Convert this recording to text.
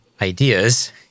ideas